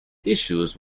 issues